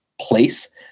place